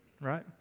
right